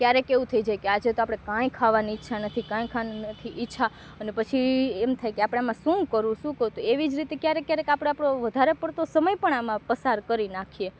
ક્યારેક એવું થઈ જાય કે આજે તો આપણે કંઈ ખાવાની ઈચ્છા નથી કંઈ ખાવાની નથી ઈચ્છા અને પછી એમ કઠે કે આપણે આમાં શું કરવું શું કરવું એવી રીતે ક્યારેક આપણે આપણે વધારે પડતો સમય પણ આમાં પસાર કરી નાંખીએ